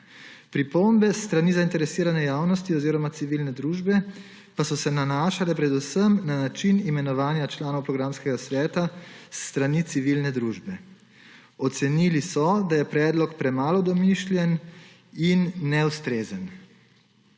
Pripombe s strani zainteresirane javnosti oziroma civilne družbe pa so se nanašale predvsem na način imenovanja članov programskega sveta s strani civilne družbe. Ocenili so, da je predlog premalo domišljen in neustrezen.